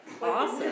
Awesome